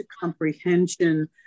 comprehension